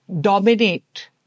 dominate